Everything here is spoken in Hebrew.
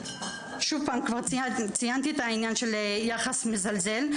שוב פעם, כבר ציינתי את העניין של יחס מזלזל.